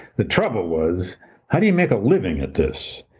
the trouble was how do you make a living at this?